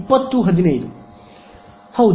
ಹೌದು ನಿಖರವಾಗಿ ಹೌದು